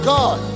God